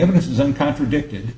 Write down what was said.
evidence isn't contradicted